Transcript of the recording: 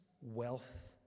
wealth